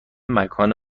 مکان